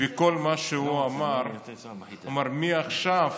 בכל מה שהוא אמר זה שהוא אמר: מעכשיו